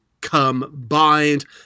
combined